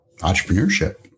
entrepreneurship